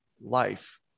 life